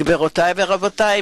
גבירותי ורבותי,